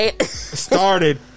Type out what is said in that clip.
started